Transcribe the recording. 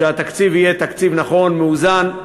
שהתקציב יהיה תקציב נכון, מאוזן,